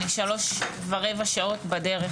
אני שלוש ורבע שעות בדרך,